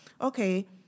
okay